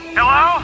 Hello